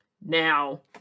Now